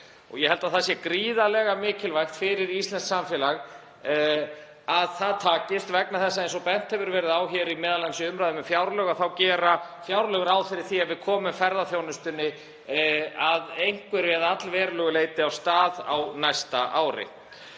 ég held að það sé gríðarlega mikilvægt fyrir íslenskt samfélag að það takist vegna þess að, eins og bent hefur verið á, m.a. í umræðum um fjárlög, fjárlög gera ráð fyrir því að við komum ferðaþjónustunni að einhverju eða allverulegu leyti af stað á næsta ári.